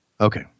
okay